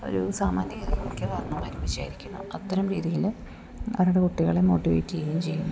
ഒരു സാമാന്യഗതിയിലേക്ക് കാരണവന്മാർ വിചാരിക്കുന്നു അത്തരം രീതിയിൽ അവരുടെ കുട്ടികളെ മോട്ടിവേറ്റ് ചെയ്യുകയും ചെയ്യുന്നു